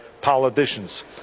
politicians